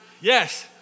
Yes